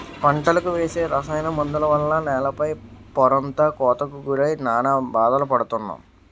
పంటలకు వేసే రసాయన మందుల వల్ల నేల పై పొరంతా కోతకు గురై నానా బాధలు పడుతున్నాం